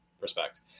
respect